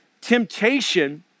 temptation